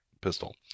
pistol